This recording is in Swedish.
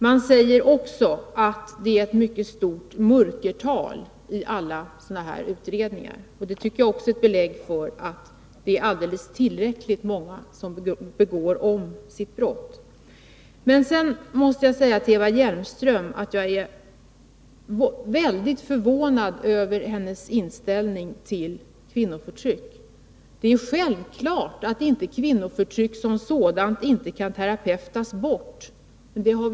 Det sägs också att det är ett mycket stort mörkertal i alla sådana här utredningar, och det är också ett belägg för att det är tillräckligt många som begår sitt brott om igen. Sedan måste jag säga till Eva Hjelmström att jag är mycket förvånad över hennes inställning till kvinnoförtryck. Det är självklart att kvinnoförtryck som sådant inte upphör med terapi.